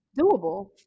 doable